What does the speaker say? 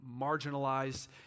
marginalized